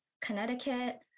Connecticut